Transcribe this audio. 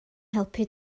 helpu